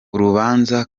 urubanza